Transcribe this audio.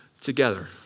together